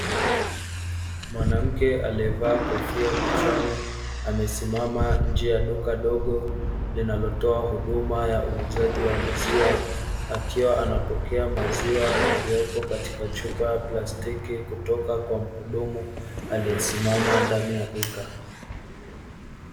Mwanamke aliyevaa kofia kichwani amesimama nje ya duka dogo, linalotoa huduma ya uuzaji wa maziwa, akiwa anapokea maziwa yaliyopo katika chupa ya plastiki kutoka kwa mhudumu aliyesimama ndani ya duka.